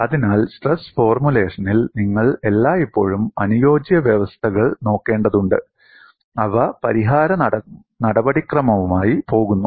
അതിനാൽ സ്ട്രെസ് ഫോർമുലേഷനിൽ നിങ്ങൾ എല്ലായ്പ്പോഴും അനുയോജ്യ വ്യവസ്ഥകൾ നോക്കേണ്ടതുണ്ട് അവ പരിഹാര നടപടിക്രമവുമായി പോകുന്നു